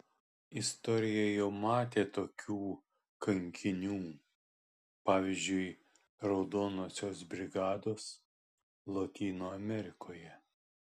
istorija jau matė tokių kankinių pavyzdžiui raudonosios brigados lotynų amerikoje